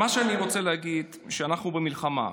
מה שאני רוצה להגיד הוא שאנחנו במלחמה,